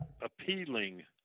appealing